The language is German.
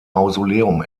mausoleum